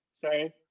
Sorry